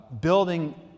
building